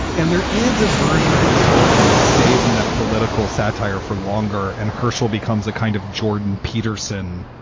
and there is a version of this story where it stays in that political satire for longer. and herschelle becomes a kind of jordan peterson,